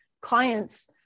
clients